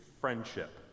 friendship